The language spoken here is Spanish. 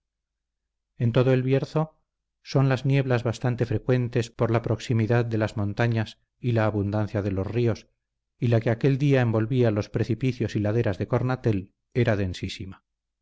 en todo el bierzo son las nieblas bastante frecuentes por la proximidad de las montañas y la abundancia de los ríos y la que aquel día envolvía los precipicios y laderas de cornatel era